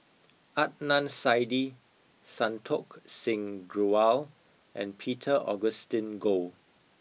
Adnan Saidi Santokh Singh Grewal and Peter Augustine Goh